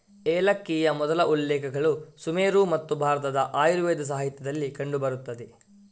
ಏಲಕ್ಕಿಯ ಮೊದಲ ಉಲ್ಲೇಖಗಳು ಸುಮೇರು ಮತ್ತು ಭಾರತದ ಆಯುರ್ವೇದ ಸಾಹಿತ್ಯದಲ್ಲಿ ಕಂಡು ಬರುತ್ತವೆ